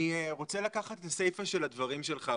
אני רוצה לקחת את הסיפא של הדברים שלך,